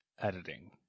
Editing